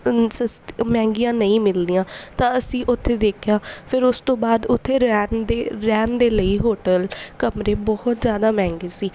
ਸਸਤ ਮਹਿੰਗੀਆਂ ਨਹੀਂ ਮਿਲਦੀਆਂ ਤਾਂ ਅਸੀਂ ਉੱਥੇ ਦੇਖਿਆ ਫਿਰ ਉਸ ਤੋਂ ਬਾਅਦ ਉੱਥੇ ਰਹਿਣ ਦੇ ਰਹਿਣ ਦੇ ਲਈ ਹੋਟਲ ਕਮਰੇ ਬਹੁਤ ਜ਼ਿਆਦਾ ਮਹਿੰਗੇ ਸੀ